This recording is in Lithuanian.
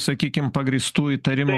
sakykim pagrįstų įtarimų